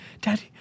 daddy